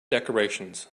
decorations